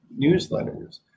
newsletters